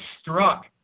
struck